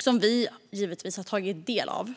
som vi givetvis har tagit del av.